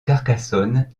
carcassonne